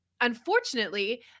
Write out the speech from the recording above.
unfortunately